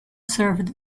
served